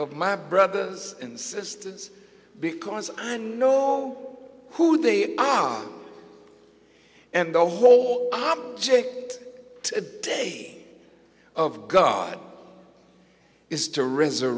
of my brothers and sisters because i know who they are and the whole object to a day of god is to reserve